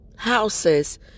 houses